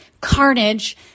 carnage